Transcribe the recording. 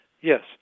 Yes